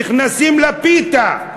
נכנסים לפיתה,